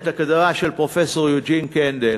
את הכתבה של פרופסור יוג'ין קנדל